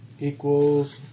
equals